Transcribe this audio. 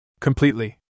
Completely